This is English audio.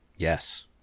Yes